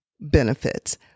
benefits